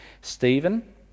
Stephen